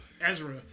Ezra